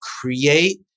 create